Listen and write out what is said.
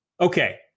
Okay